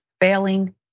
failing